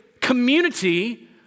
community